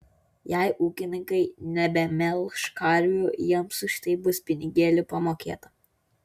jei ūkininkai nebemelš karvių jiems už tai bus pinigėlių pamokėta